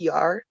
PR